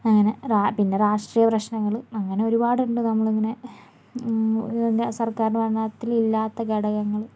അങ്ങനെ പിന്നെ രാഷ്ട്രീയ പ്രശ്നങ്ങൾ അങ്ങനെ ഒരുപാട് ഉണ്ട് നമ്മൾ ഇങ്ങനെ ഇതിൻ്റെ സർക്കാറിൻ്റെ ഭരണത്തിൽ ഇല്ലാത്ത ഘടകങ്ങൾ